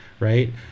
right